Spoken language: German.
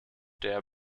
der